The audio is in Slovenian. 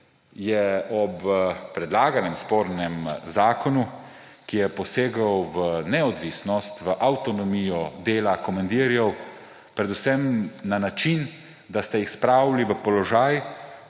je ob predlaganem spornem zakonu, ki je posegel v neodvisnost, v avtonomijo dela komandirjev predvsem na način, da ste jih spravili v položaj,